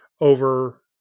over